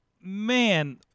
man